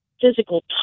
physical